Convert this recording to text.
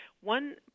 One